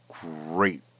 great